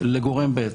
לגורם ב'.